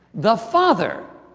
the father.